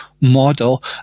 model